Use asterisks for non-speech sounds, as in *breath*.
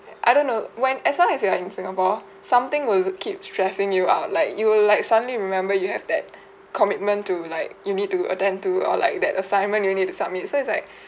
I don't know when as long as you are in singapore something will l~ keep stressing you out like you will like suddenly remember you have that *breath* commitment to like you need to attend to or like that assignment you need to submit so it's like *breath*